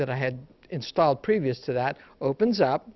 that i had installed previous to that opens up